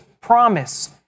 promise